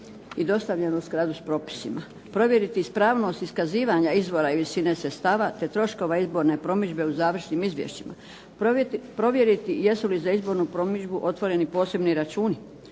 i dostavljena u skladu s propisima, provjeriti ispravnost iskazivanja izvora i visine sredstava te troškova izborne promidžbe u završnim izvješćima, provjeriti jesu li za izbornu promidžbu otvoreni posebni računi,